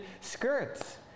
skirts